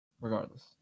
regardless